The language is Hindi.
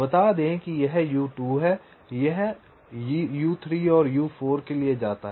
बता दें कि यह U2 है और यह U3 और U4 के लिए जाता है